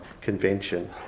convention